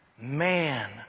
man